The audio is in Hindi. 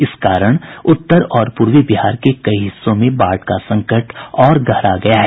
इस कारण उत्तर और पूर्वी बिहार के कई हिस्सों में बाढ़ का संकट और गहरा गया है